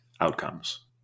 outcomes